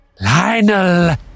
Lionel